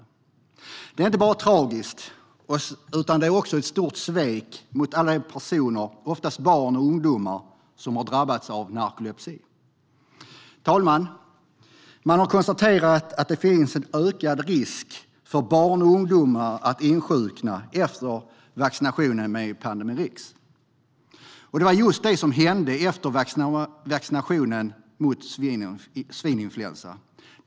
Detta är inte bara tragiskt, utan det är också ett stort svek mot alla de personer, oftast barn och ungdomar, som har drabbats av narkolepsi. Herr talman! Man har konstaterat att det finns en ökad risk för barn och ungdomar att insjukna efter vaccination med Pandemrix. Det var just det som hände efter vaccinationen mot svininfluensan.